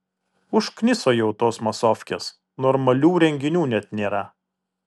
užkniso jau tos masofkės normalių renginių net nėra